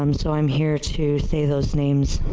um so i am here to say those names?